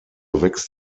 wächst